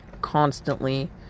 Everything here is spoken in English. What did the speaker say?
constantly